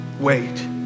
wait